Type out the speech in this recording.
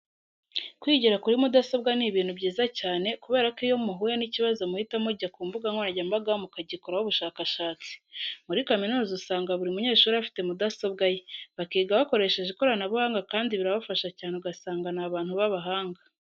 Kwigira kuri mudasobwa ni ibintu byiza cyane kubera ko iyo muhuye n'ikibazo muhita mujya ku mbuga nkoranyambaga mukagikoraho ubushakashatsi. Muri kaminuza usanga buri munyeshuri afite mudasobwa ye, bakiga bakoresheje ikoranabuhanga kandi birabafasha cyane ugasanga ni abantu b'abahanga.